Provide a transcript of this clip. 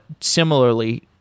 similarly